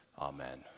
Amen